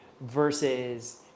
versus